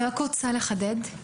אני ממשרד המשפטים.